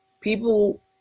people